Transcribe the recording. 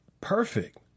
perfect